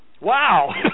wow